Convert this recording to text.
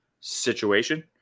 situation